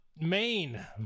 main